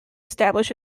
establish